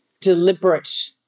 deliberate